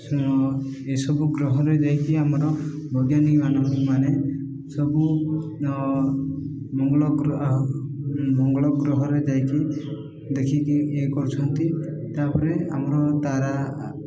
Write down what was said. ଏସବୁ ଗ୍ରହରେ ଯାଇକି ଆମର ବୈଜ୍ଞାନିକମାନ ମାନେ ସବୁ ମଙ୍ଗଳ ମଙ୍ଗଳ ଗ୍ରହରେ ଯାଇକି ଦେଖିକି ଇଏ କରୁଛନ୍ତି ତାପରେ ଆମର ତାରା